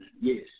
Yes